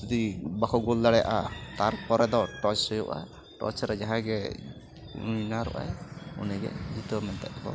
ᱡᱩᱫᱤ ᱜᱳᱞ ᱫᱟᱲᱮᱭᱟᱜᱼᱟ ᱛᱟᱨᱯᱚᱨᱮ ᱫᱚ ᱴᱚᱪ ᱦᱩᱭᱩᱜᱼᱟ ᱴᱚᱪ ᱨᱮ ᱡᱟᱦᱟᱸᱭ ᱜᱮ ᱩᱭᱱᱟᱨᱚᱜ ᱟᱭ ᱩᱱᱤ ᱜᱮ ᱡᱤᱛᱟᱹᱣ ᱢᱮᱱᱛᱮ ᱠᱚ